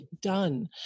done